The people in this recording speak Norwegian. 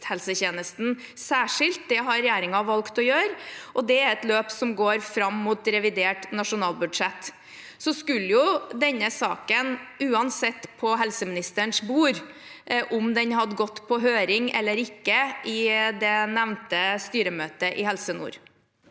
spesialisthelsetjenesten særskilt. Det har regjeringen valgt å gjøre, og det er et løp som går fram mot revidert nasjonalbudsjett. Denne saken skulle uansett på helseministerens bord – om den hadde gått på høring eller ikke i det nevnte styremøtet i Helse nord.